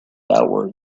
outward